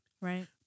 right